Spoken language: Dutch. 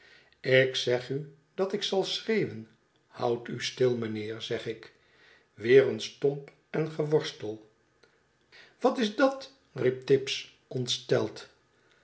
ik zeg u dat ik zal schreeuwen houd u stil meneer zeg ik weer een stomp en geworstel wat is dat riep tibbs ontsteld